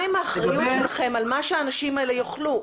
מה עם האחריות שלכם על מה שהאנשים האלה יאכלו?